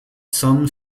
some